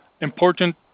important